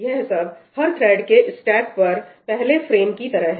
यह सब हर थ्रेड के स्टैक पर पहले फ्रेम की तरह हैं